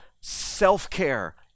self-care